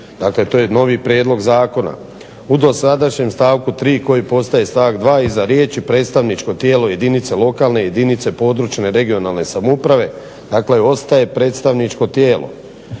dakle to je novi prijedlog zakona: U dosadašnjem stavku 3. koji postaje stavak 2. iza riječi: predstavničko tijelo jedinice lokalne i jedinice područne (regionalne) samouprave dakle ostaje predstavničko tijelo,